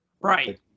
Right